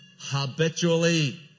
habitually